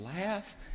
laugh